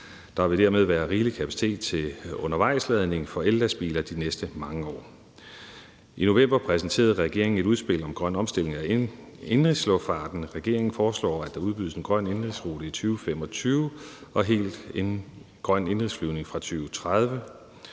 der vil dermed være rigelig kapacitet til undervejsladning for ellastbiler de næste mange år. I november præsenterede regeringen et udspil om grøn omstilling af indenrigsluftfarten. Regeringen foreslår, at der udbydes en grøn indenrigsrute i 2025 og en helt grøn indenrigsflyvning fra 2030.